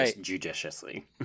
judiciously